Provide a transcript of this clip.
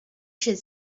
should